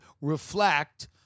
reflect